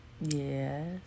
Yes